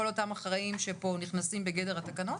כל אותם אחראים שפה נכנסים בגדר התקנות.